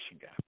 gap